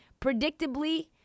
Predictably